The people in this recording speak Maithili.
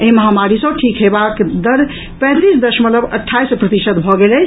एहि महामारी सँ ठीक हेबाक दर पैंतीस दशमलव अठाईस प्रतिशत भऽ गेल अछि